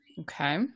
Okay